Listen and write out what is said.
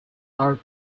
art